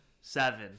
Seven